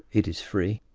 it is free,